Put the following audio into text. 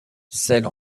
celle